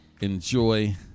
enjoy